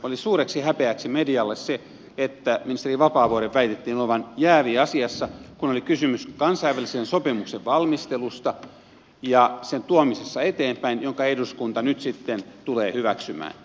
oli suureksi häpeäksi medialle se että ministeri vapaavuoren väitettiin olevan jäävi asiassa kun oli kysymys kansainvälisen sopimuksen valmistelusta ja sen tuomisesta eteenpäin jonka eduskunta nyt sitten tulee hyväksymään